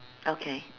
okay